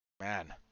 Man